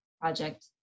project